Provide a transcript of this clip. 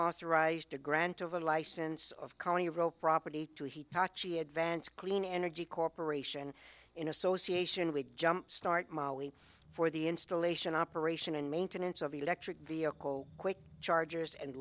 authorize to grant over a license of colony row property to he patchy advance clean energy corporation in association with jumpstart molly for the installation operation and maintenance of electric vehicle quick chargers and